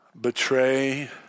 betray